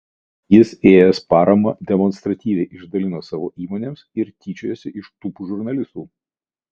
jis es paramą demonstratyviai išdalino savo įmonėms ir tyčiojosi iš tūpų žurnalistų